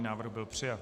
Návrh byl přijat.